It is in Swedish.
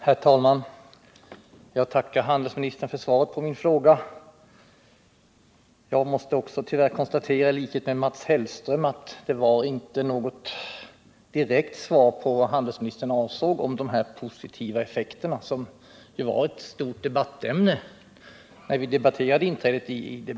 Herr talman! Jag tackar handelsministern för svaret på min fråga. I likhet med Mats Hellström måste jag tyvärr konstatera att vi inte fick något direkt besked om vad handelsministern avser med de här positiva effekterna, som ju var ett stort debattämne när vi debatterade inträdet i IDB.